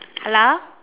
hello